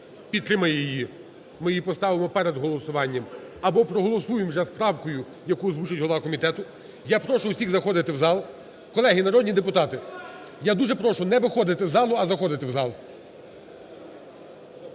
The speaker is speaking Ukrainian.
підтримає її, ми її поставимо перед голосуванням або проголосуємо вже з правкою, яку озвучить голова комітету. Я прошу всіх заходити в зал. Колеги, народні депутати, я дуже прошу не виходити з залу, а заходити в зал.